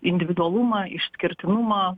individualumą išskirtinumą